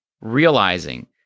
realizing